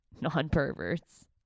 non-perverts